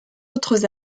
autres